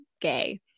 gay